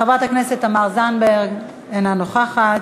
חברת הכנסת תמר זנדברג, אינה נוכחת.